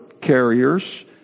carriers